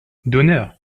d’honneur